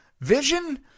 Vision